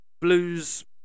blues